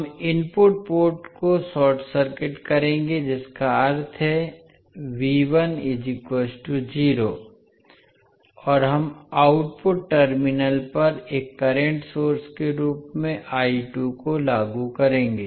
हम input port को short circuit करेंगे जिसका अर्थ है और हम आउटपुट टर्मिनल पर एक करंट सोर्स के रूप में को लागू करेंगे